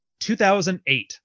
2008